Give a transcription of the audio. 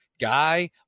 guy